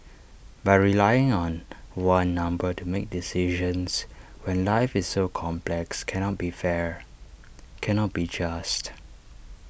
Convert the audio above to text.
but relying on one number to make decisions when life is so complex cannot be fair cannot be just